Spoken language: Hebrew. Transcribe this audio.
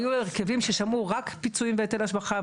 היו הרכבים ששמעו רק פיצויים בהיטל השבחה,